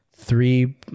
Three